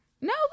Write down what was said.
No